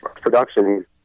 production